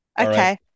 Okay